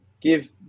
give